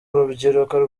urubyiruko